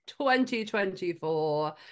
2024